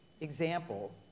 example